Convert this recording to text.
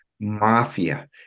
mafia